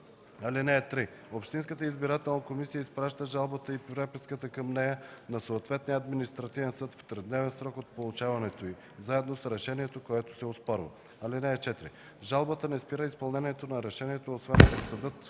адрес. (3) Общинската избирателна комисия изпраща жалбата и преписката към нея на съответния административен съд в тридневен срок от получаването й, заедно с решението, което се оспорва. (4) Жалбата не спира изпълнението на решението, освен ако съдът